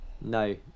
no